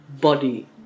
body